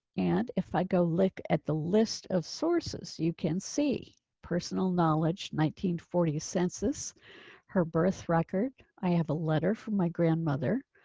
and if i go look at the list of sources. you can see personal knowledge forty census her birth record. i have a letter from my grandmother